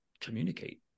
communicate